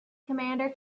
commander